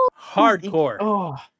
Hardcore